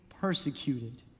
persecuted